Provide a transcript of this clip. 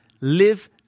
live